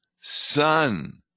son